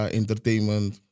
entertainment